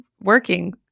working